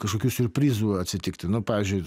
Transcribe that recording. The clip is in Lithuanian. kažkokių siurprizų atsitikti nu pavyzdžiui